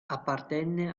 appartenne